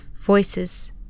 voices